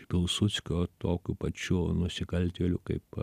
pilsudskio tokiu pačiu nusikaltėliu kaip